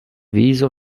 viso